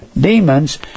demons